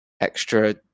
extra